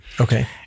Okay